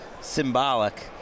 symbolic